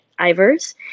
Ivers